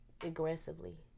aggressively